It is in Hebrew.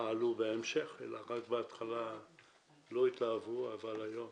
פעלו בהמשך אלא רק בהתחלה לא התלהבו, אבל היום